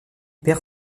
perd